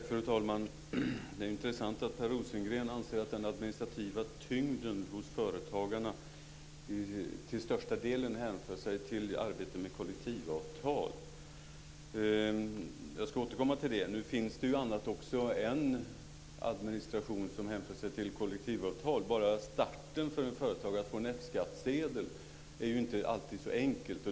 Fru talman! Det är intressant att Per Rosengren anser att den administrativa tyngden hos företagarna till största delen hänför sig till arbetet med kollektivavtal. Jag ska återkomma till det. En administration som hänför sig till kollektivavtal är starten för en företagare. Att få en F-skattsedel är inte alltid så enkelt.